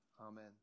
amen